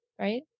right